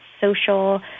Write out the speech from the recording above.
social